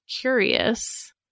curious